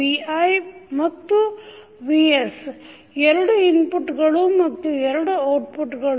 vi and vs ಎರಡು ಇನ್ಪುಟಗಳು ಮತ್ತು ಎರಡು ಔಟ್ಪುಟ್ಗಳು